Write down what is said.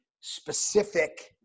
specific